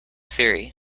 theory